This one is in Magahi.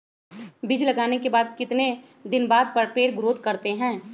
बीज लगाने के बाद कितने दिन बाद पर पेड़ ग्रोथ करते हैं?